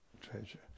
treasure